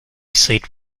seat